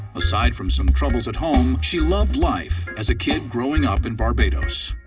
aside from some troubles at home, she loved life as a kid growing up in barbados.